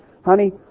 honey